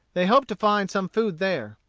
they hoped to find some food there.